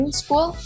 school